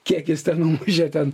kiek jis ten numušė ten